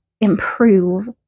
improve